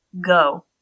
go